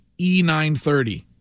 E930